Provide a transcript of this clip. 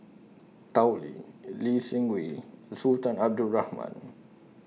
Tao Li Lee Seng Wee and Sultan Abdul Rahman